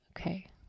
okay